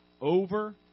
over